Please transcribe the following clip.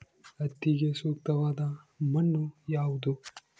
ಹತ್ತಿಗೆ ಸೂಕ್ತವಾದ ಮಣ್ಣು ಯಾವುದು?